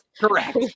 Correct